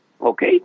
okay